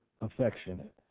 affectionate